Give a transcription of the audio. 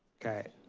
okay,